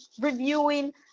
reviewing